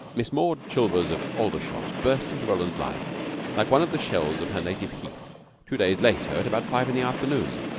miss maud chilvers, of aldershot, burst into roland's life like one of the shells of her native heath two days later at about five in the afternoon.